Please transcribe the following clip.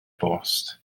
bost